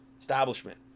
establishment